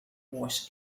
was